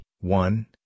One